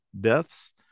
deaths